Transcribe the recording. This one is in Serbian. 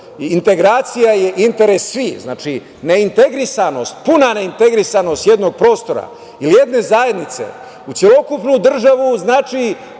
integracija je interes svih. Znači, neintegrisanost, puna neintegrisanost jednog prostora ili jedne zajednice u celokupnu državu, znači